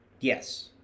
Yes